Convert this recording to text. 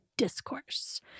discourse